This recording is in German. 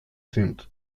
sind